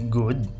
good